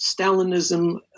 Stalinism